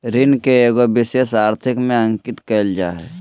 ऋण के एगो विशेष आर्थिक में अंकित कइल जा हइ